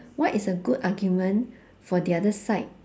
what is a good argument for the other side